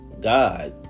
God